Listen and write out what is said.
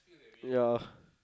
ya